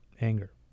anger